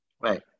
right